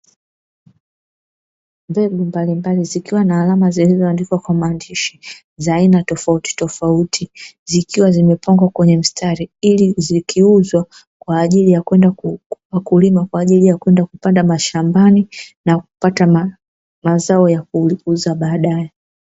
Mbegu mbalimbali zikiwa na alama zilizoandikwa kwa maandishi za aina tofautitofauti, zikiwa zimepangwa kwa mstari ili zikiuzwa kwa wakulima kwa ajili ya kupandwa shambani kwa ajili ya kupata mazao ya kuuza baadaye.